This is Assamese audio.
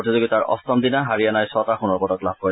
প্ৰতিযোগিতাৰ অষ্টম দিনা হাৰিয়ানাই ছটা সোণৰ পদক লাভ কৰে